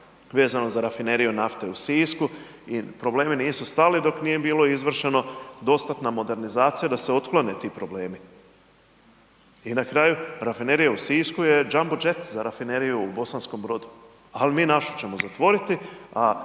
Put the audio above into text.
vezano za rafineriju nafte u Sisku i problemi nisu stali dok nije bilo izvršena dostatna modernizacija da se otklone ti problemi. I na kraju, rafinerija u Sisku je jumbo jet za rafineriju u Bosanskom Brodu ali mi našu ćemo zatvoriti a